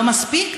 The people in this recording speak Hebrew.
לא מספיק?